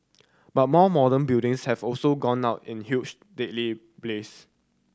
but more modern buildings have also gone up in huge deadly blaze